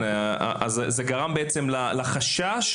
יכול להיווצר חשש,